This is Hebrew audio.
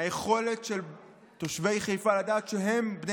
יכולת של תושבי חיפה לדעת שהם ובני